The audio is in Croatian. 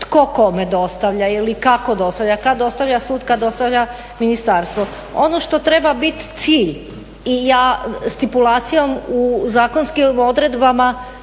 tko kome dostavlja ili kako dostavlja, kada dostavlja sud kada dostavlja ministarstvo. Ono što treba biti cilj i stipulacijom zakonskim odredbama